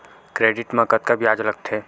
Credit मा कतका ब्याज लगथे?